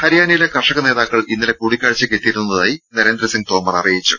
ഹരിയാനയിലെ കർഷക നേതാക്കൾ ഇന്നലെ കൂടിക്കാഴ്ചയ്ക്ക് എത്തിയിരുന്നതായി നരേന്ദ്രസിംഗ് തോമർ അറിയിച്ചു